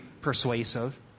persuasive